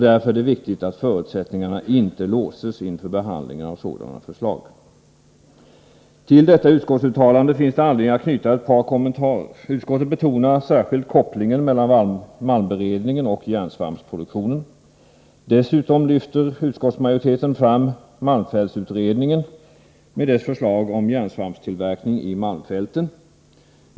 Därför är det viktigt att förutsättningarna inte låses inför behandlingen av sådana förslag.” Till detta utskottsuttalande finns det anledning att knyta ett par kommentarer. Utskottet betonar särskilt kopplingen mellan malmberedningen och järnsvampsproduktionen. Dessutom lyfter utskottsmajoriteten fram malmfältsutredningen — med dess förslag om järnsvampstillverkning i malmfälten.